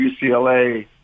UCLA